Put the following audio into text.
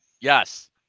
Yes